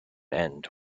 end